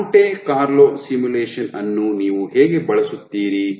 Monte Carlo simulation ಅನ್ನು ನೀವು ಹೇಗೆ ಬಳಸುತ್ತೀರಿ